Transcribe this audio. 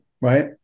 Right